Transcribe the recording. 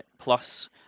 plus